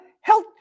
health